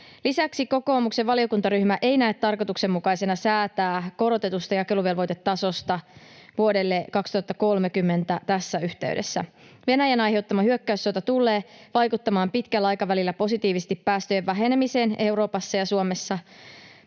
Lisäksi kokoomuksen valiokuntaryhmä ei näe tarkoituksenmukaisena säätää korotetusta jakeluvelvoitetasosta vuodelle 2030 tässä yhteydessä. Venäjän aiheuttama hyökkäyssota tullee vaikuttamaan pitkällä aikavälillä positiivisesti päästöjen vähenemiseen Euroopassa ja Suomessa.